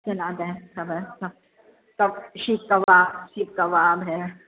salad आहे सभु आहे सभु सभु शीख कबाब शीख कबाब है